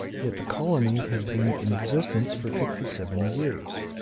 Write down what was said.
yet the colony had been in existence for fifty-seven years!